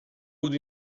would